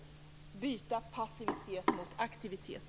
Det handlar om att byta passivitet mot aktivitet.